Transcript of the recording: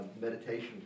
meditation